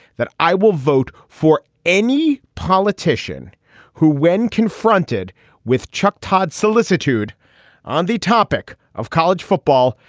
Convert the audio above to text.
that i will vote for any politician who, when confronted with chuck todd solicitude on the topic of college football,